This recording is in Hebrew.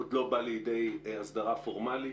עוד לא בא לידי הסדרה פורמלית.